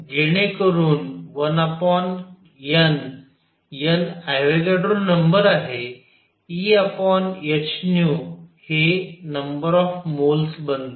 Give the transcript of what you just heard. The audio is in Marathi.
जेणेकरून 1N N अवोगॅड्रो नंबर आहे Ehνहे नंबर ऑफ मोल्स बनते